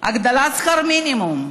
הגדלת שכר מינימום,